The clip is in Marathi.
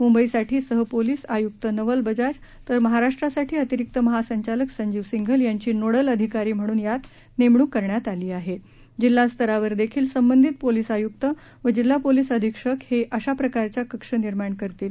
मुंबईसाठी सहपोलीस आयुक्त नवल बजाज तर महाराष्ट्रासाठी अतिरिक्त महासंचालक संजीव सिंघल यांची नोडल अधिकारी म्हणून यात नप्रिक करण्यात आली आहा जिल्हा स्तरावर दक्षील संबंधित पोलिस आयुक व जिल्हा पोलीस अधीक्षक हक्रिशा प्रकारच्या कक्ष निर्माण करतील